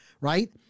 right